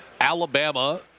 Alabama